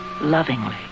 lovingly